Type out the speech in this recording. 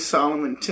Solomon